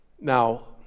Now